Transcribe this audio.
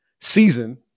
season